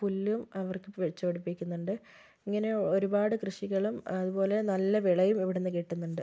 പുല്ലും അവര്ക്ക് വച്ച് പിടിപ്പിക്കുന്നുണ്ട് ഇങ്ങനെ ഒരുപാട് കൃഷികളും അതുപോലെ നല്ല വിളയും ഇവിടെ നിന്നു കിട്ടുന്നുണ്ട്